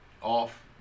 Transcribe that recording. Off